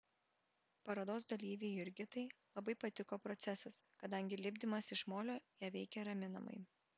parodos dalyvei jurgitai labai patiko procesas kadangi lipdymas iš molio ją veikė raminamai